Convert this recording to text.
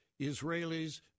Israelis